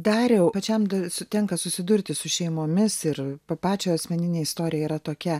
dariau pačiam dar su tenka susidurti su šeimomis ir pačio asmeninė istorija yra tokia